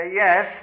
yes